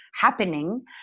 happening